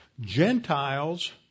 Gentiles